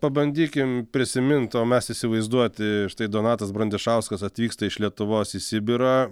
pabandykim prisimint o mes įsivaizduoti štai donatas brandišauskas atvyksta iš lietuvos į sibirą